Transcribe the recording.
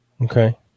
Okay